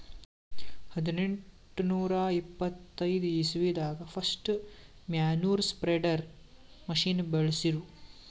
ಹದ್ನೆಂಟನೂರಾ ಎಪ್ಪತೈದ್ ಇಸ್ವಿದಾಗ್ ಫಸ್ಟ್ ಮ್ಯಾನ್ಯೂರ್ ಸ್ಪ್ರೆಡರ್ ಮಷಿನ್ ಬಳ್ಸಿರು